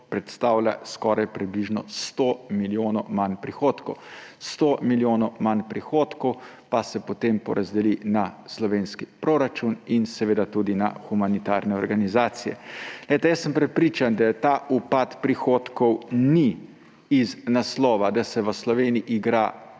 predstavlja približno 100 milijonov manj prihodkov. 100 milijonov manj prihodkov pa se potem porazdeli na slovenski proračun in na humanitarne organizacije. Jaz sem prepričan, da ta upad prihodkov ni z naslova, da se v Sloveniji igra